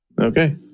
Okay